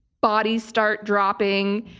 bodies start dropping,